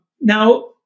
Now